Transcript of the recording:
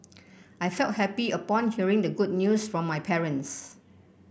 I felt happy upon hearing the good news from my parents